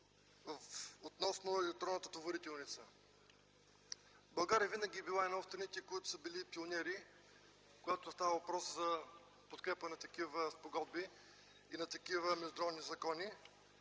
относно електронната товарителница. България винаги е била една от страните, които са били пионери, когато е ставало въпрос за подкрепа на такива спогодби и международни закони.